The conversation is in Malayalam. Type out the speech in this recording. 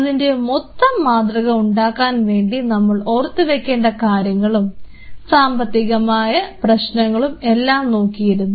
അതിൻറെ മൊത്തം മാതൃക ഉണ്ടാക്കാൻ വേണ്ടി നമ്മൾ ഓർത്ത് വെക്കേണ്ട കാര്യങ്ങളും സാമ്പത്തികമായ പ്രശ്നങ്ങളും എല്ലാം നോക്കിയിരുന്നു